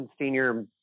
Senior